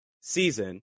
season